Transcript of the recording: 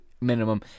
minimum